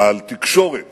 על תקשורת